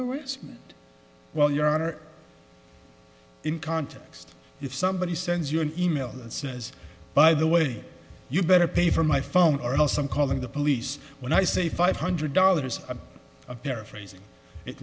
harassment well your honor in context if somebody sends you an e mail and says by the way you better pay for my phone or else i'm calling the police when i say five hundred dollars a paraphrase it